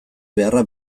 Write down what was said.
beharra